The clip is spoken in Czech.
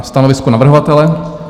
Stanovisko navrhovatele?